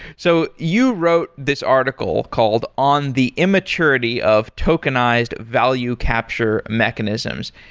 so you wrote this article called on the immaturity of tokenized value capture mechanisms.